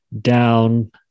down